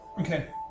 Okay